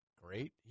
Great